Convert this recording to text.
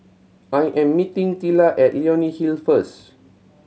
I am meeting Tilla at Leonie Hill first